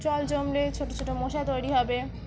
জল জমলে ছোটো ছোটো মশা তৈরি হবে